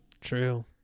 True